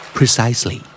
Precisely